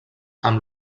amb